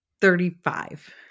thirty-five